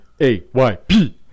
AYP